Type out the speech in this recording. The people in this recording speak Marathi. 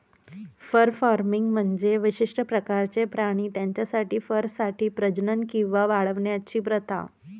फर फार्मिंग म्हणजे विशिष्ट प्रकारचे प्राणी त्यांच्या फरसाठी प्रजनन किंवा वाढवण्याची प्रथा